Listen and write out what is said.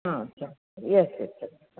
हा चालेल yes yes yes bye